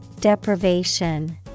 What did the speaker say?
Deprivation